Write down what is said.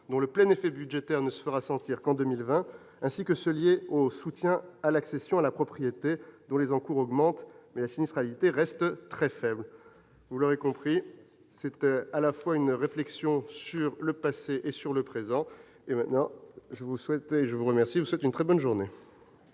dont le plein effet budgétaire ne se fera sentir qu'en 2020, ainsi que ceux liés au soutien à l'accession à la propriété dont les encours augmentent, mais la sinistralité reste très faible. Vous l'aurez compris, c'était à la fois une réflexion sur le passé et sur le présent. Nous allons procéder au vote des crédits de la mission